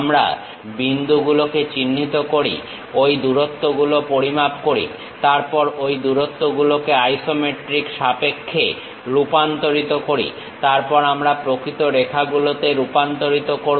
আমরা বিন্দুগুলোকে চিহ্নিত করি ঐ দূরত্বগুলো পরিমাপ করি তারপর ঐ দূরত্বগুলোকে আইসোমেট্রিক সাপেক্ষে রূপান্তরিত করি তারপর আমরা প্রকৃত রেখাগুলোতে রূপান্তরিত করব